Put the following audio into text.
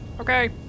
Okay